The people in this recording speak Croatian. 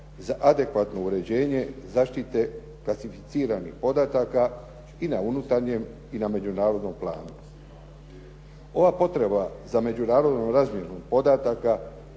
za adekvatno uređenje zaštite klasificiranih podataka i na unutarnjem i na međunarodnom planu. Ova potreba za međunarodnom razmjenom podataka